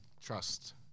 trust